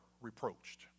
reproached